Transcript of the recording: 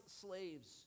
slaves